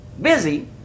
busy